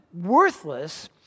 worthless